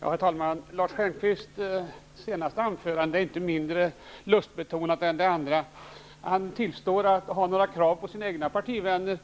Herr talman! Lars Stjernkvists senaste anförande är inte mindre lustbetonat än det föregående. Han tillstår att det är svårt att ha några krav på sina egna partivänner.